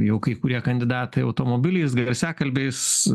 jau kai kurie kandidatai automobiliais garsiakalbiais